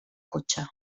cotxe